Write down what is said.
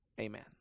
Amen